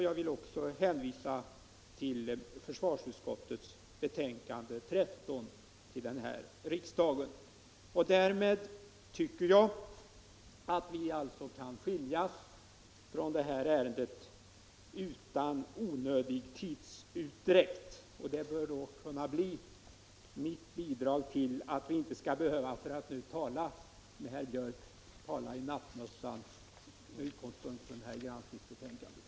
Jag vill också hänvisa till försvarsutskottets betänkande nr 13 till denna riksdag. Därmed tycker jag att vi kan skiljas från det här ärendet utan onödig tidsutdräkt. Det är mitt bidrag till att — för att tala med herr Björck i Nässjö — inte tala i nattmössan med utgångspunkt i detta granskningsbetänkande.